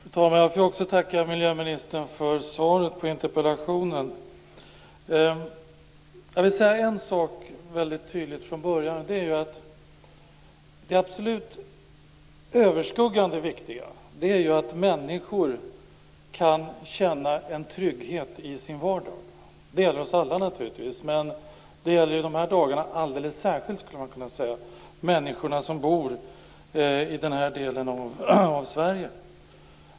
Fru talman! Jag får också tacka miljöministern för svaret på interpellationen. Jag vill säga en sak väldigt tydligt från början: Det absolut viktigaste - det överskuggande - är att människor kan känna en trygghet i sin vardag. Det gäller oss alla, naturligtvis, men det gäller i dessa dagar alldeles särskilt människorna som bor i denna del av Sverige.